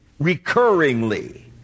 recurringly